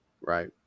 Right